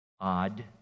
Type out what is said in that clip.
odd